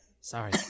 Sorry